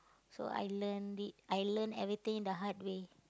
so I learn it I learn everything the hard way